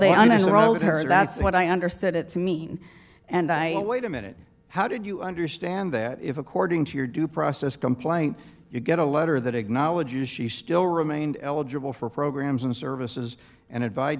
hurt that's what i understood it to mean and i wait a minute how did you understand that if according to your due process complaint you get a letter that acknowledges she still remained eligible for programs and services and invite